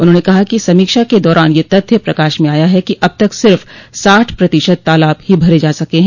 उन्होंने कहा कि समीक्षा के दौरान यह तथ्य प्रकाश में आया है कि अब तक सिर्फ साठ प्रतिशत तालाब ही भरे जा सके हैं